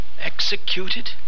Executed